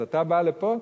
אז אתה בא לפה?